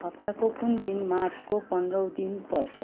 हप्ताको कुन दिन मार्चको पन्ध्रौँ दिन पर्छ